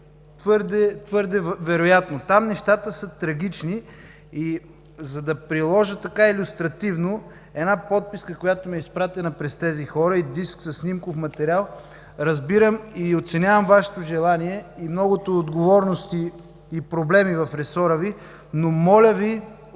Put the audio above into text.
твърде вероятно. Там нещата са трагични, за да приложа така илюстративно една подписка, която ми е изпратена през тези хора, и диск със снимков материал. Разбирам и оценявам Вашето желание, многото отговорности и проблеми в ресора Ви, но моля Ви